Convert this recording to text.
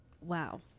Wow